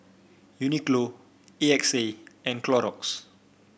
Uniqlo A X A and Clorox